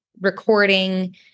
recording